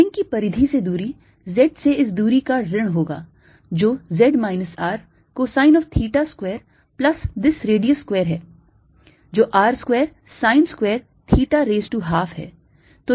ring की परिधि से दूरी z से इस दूरी का ऋण होगा जो z minus R cosine of theta square plus this radius square है जो R square sin square theta raise to 1 half है